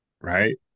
right